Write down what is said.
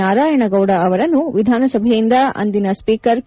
ನಾರಾಯಣಗೌದ ಅವರನ್ನು ವಿಧಾನಸಭೆಯಿಂದ ಅಂದಿನ ಸ್ಪೀಕರ್ ಕೆ